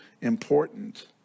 important